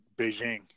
beijing